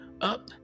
up